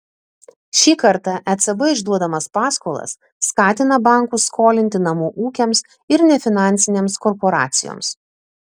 šį kartą ecb išduodamas paskolas skatina bankus skolinti namų ūkiams ir nefinansinėms korporacijoms